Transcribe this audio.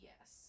yes